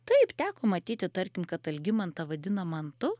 taip teko matyti tarkim kad algimantą vadina mantu